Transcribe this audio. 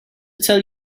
tell